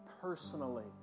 personally